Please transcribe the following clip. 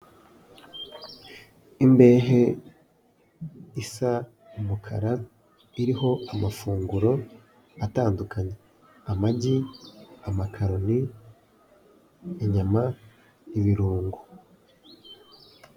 Imbehe isa n'umukura iriho amafunguro atandukanye: amagi, amakaroni, inyama, ibirungo.